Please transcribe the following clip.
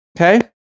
Okay